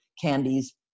candies